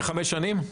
לחמש שנים?